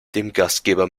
gastgeber